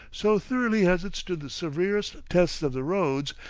so thoroughly has it stood the severest tests of the roads,